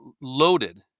loaded